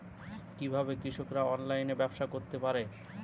কিভাবে কৃষকরা অনলাইনে ব্যবসা করতে পারে?